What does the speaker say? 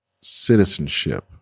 citizenship